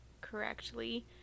correctly